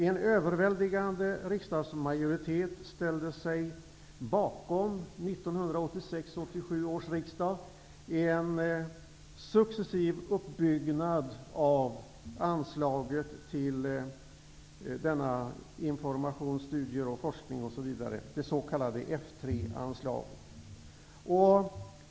En överväldigande riksdagsmajoritet ställde sig vid 1986/87 års riksmöte bakom en successiv ökning av anslaget till information, studier, forskning, osv., det s.k. F 3-anslaget.